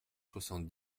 soixante